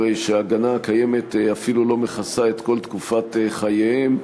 הרי שההגנה הקיימת אפילו לא מכסה את כל תקופת חייהם,